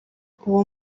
uwo